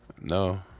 No